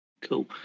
Cool